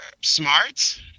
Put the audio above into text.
smart